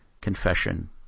confession